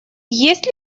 есть